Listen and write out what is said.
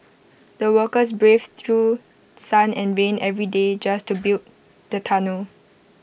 the workers braved through sun and rain every day just to build the tunnel